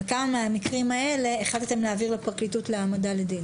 וכמה מהמקרים האלה החלטתם להעביר לפרקליטות להעמדה לדין?